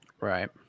Right